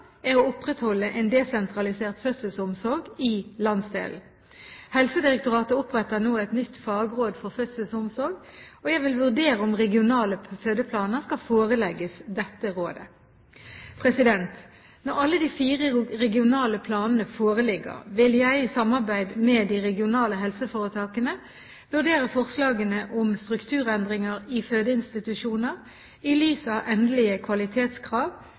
er å opprettholde en desentralisert fødselsomsorg i landsdelen. Helsedirektoratet oppretter nå et nytt fagråd for fødselsomsorg, og jeg vil vurdere om regionale fødeplaner skal forelegges dette rådet. Når alle de fire regionale planene foreligger, vil jeg – i samarbeid med de regionale helseforetakene – vurdere forslagene om strukturendringer i fødeinstitusjoner i lys av endelige kvalitetskrav,